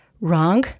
wrong